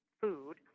food